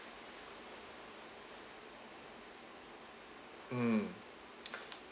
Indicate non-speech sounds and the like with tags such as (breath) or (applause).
mmhmm (breath)